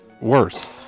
worse